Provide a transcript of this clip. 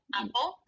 apple